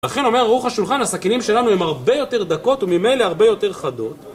לכן אומר עורך השולחן הסכינים שלנו הם הרבה יותר דקות וממילא הרבה יותר חדות